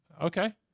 okay